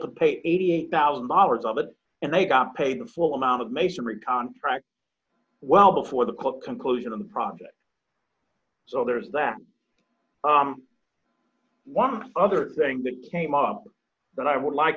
to pay eighty eight thousand dollars of it and they got paid the full amount of masonry contract well before the court conclusion of the project so there is that one other thing that came up that i would like